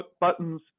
buttons